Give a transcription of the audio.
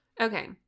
Okay